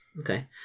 Okay